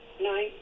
nine